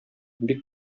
бик